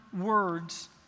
words